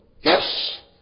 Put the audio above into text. Yes